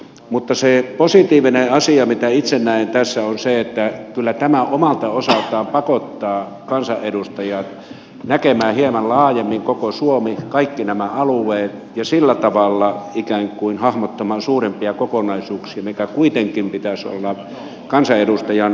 mutta se positiivinen asia minkä itse näen tässä on se että kyllä tämä omalta osaltaan pakottaa kansanedustajat näkemään hieman laajemmin koko suomen kaikki nämä alueet ja sillä tavalla ikään kuin hahmottamaan suurempia kokonaisuuksia minkä kuitenkin pitäisi olla kansanedustajan perustehtävä